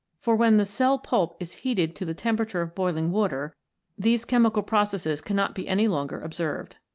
for when the cell-pulp is heated to the temperature of boiling water these chemical processes cannot be any longer observed.